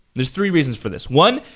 there's three reasons for this. one,